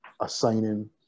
assigning